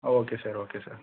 okay sir okay sir